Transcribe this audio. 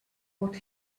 what